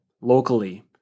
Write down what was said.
locally